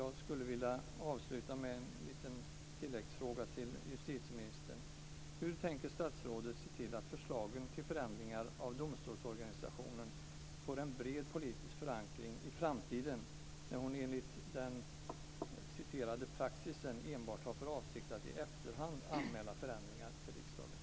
Jag skulle vilja avsluta med en tilläggsfråga till justitieministern: Hur tänker statsrådet se till att förslagen till förändringar av domstolsorganisationen får en bred politisk förankring i framtiden när hon enligt citerad praxis enbart har för avsikt att i efterhand anmäla förändringar till riksdagen?